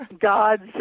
God's